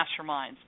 masterminds